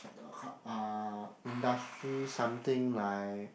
uh industry something like